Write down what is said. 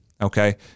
Okay